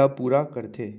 ल पूरा करथे